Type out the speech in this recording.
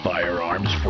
Firearms